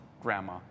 grandma